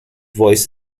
voice